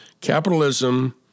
Capitalism